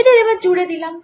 এদের এবার জুড়ে দিলাম